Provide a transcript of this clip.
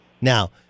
Now